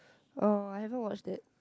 oh I haven't watch it